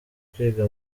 kwiga